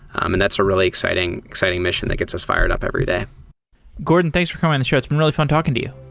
and that's a really exciting exciting mission that gets us fired up every day gordon, thanks for coming on the show. it's been really fun talking to you.